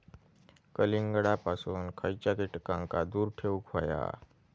कलिंगडापासून खयच्या कीटकांका दूर ठेवूक व्हया?